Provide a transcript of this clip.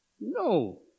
No